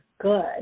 good